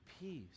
peace